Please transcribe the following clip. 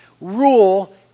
rule